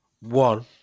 one